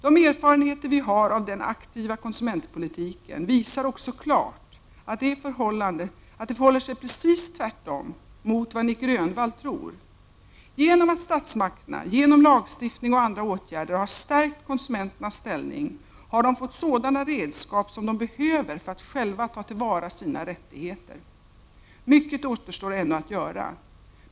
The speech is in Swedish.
De erfarenheter vi har av den aktiva konsumentpolitiken visar också klart att det förhåller sig precis tvärtom mot vad Nic Grönvall tror. Genom att statsmakterna genom lagstiftning och andra åtgärder har stärkt konsumenternas ställning har de fått sådana redskap som de behöver för att själva ta till vara sina rättigheter. Mycket återstår ännu att göra.